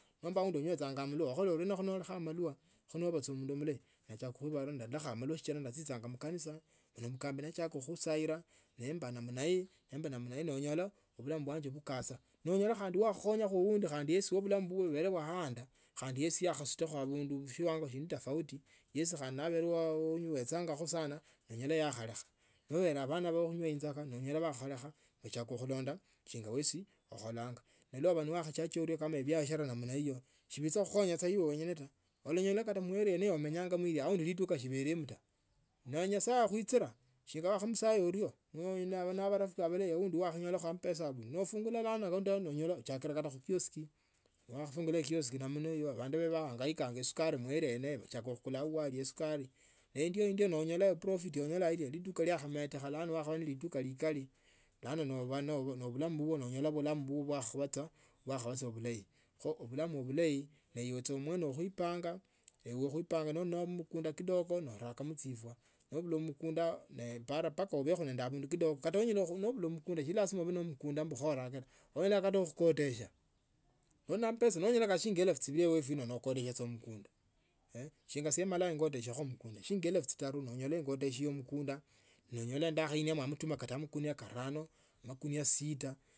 Nomba aundi anywechanga amalewa wakhola urie noolekha amalwa noochaka khuibala ndaikha amalwa sichila ndachichanga mkanisa ne mkambi yacheaka khusaila nemba namna hii noenyola bulamu bwanje bukasia noonyola wakhakhonyakho undi neyesi bulamu bubwe bwamala bwaanda khandi yesi yakhaisutakho abundu mshiwango shindi tofauti yesi yonyala anywechanga sana noonyala yakhalekha naba abana bo khunywa mjaka bakhalekha bachiaka khulonda shinga wesi ukholonga ndawahachiaka shinga ebiashara nomna hiyo wicha khukhonyasa ibe wengene olanyala kata manea yomenyile aundi liduka shibelemo taa ne nyasaye akhuichila ne wakhamusaila orio aundi wakhanyola amapesa nofungula abana nonyola ufungulakha. Khakioski abandu nebohangaika sukari marea yeneyo bakuloa au esukari nendio noonyola likhameteka mulano wakhabaa ne lituka khulipilako mwana efixikho ndalama ekari ya omkali sana nende khaloliko ekasi ye buidali shiundirakho nembe balayi tawe lakini rengojne nenjie khaekya bana ehindu fulani naona nende balayi sana ngona nendola mubili kwanje kali bulayi kwani shindu shido shibili mumachayi sana nekholile kasi ya obabwali embururanga sana neshiokholanga sasa yeneyo taa.